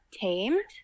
tamed